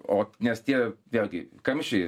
o nes tie vėlgi kamščiai